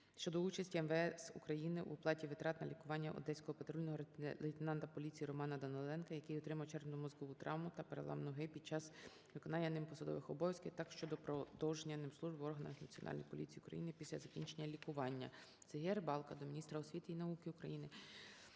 щодо участі МВС України у оплаті витрат на лікування одеського патрульного, лейтенанта поліції Романа Даниленка, який отримав черепно-мозкову травму та перелам ноги під час виконання ним посадових обов'язків, а також щодо продовження ним служби в органах Національній поліції України після закінчення лікування.